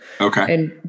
Okay